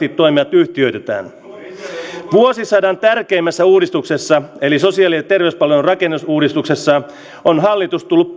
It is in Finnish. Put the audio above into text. toimijat yhtiöitetään vuosisadan tärkeimmästä uudistuksesta eli sosiaali ja terveyspalvelujen rakenneuudistuksesta on tullut